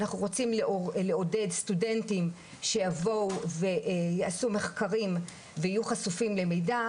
אנחנו רוצים לעודד סטודנטים שיבואו ויעשו מחקרים ויהיו חשופים למידע,